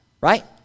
right